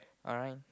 alright